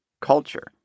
culture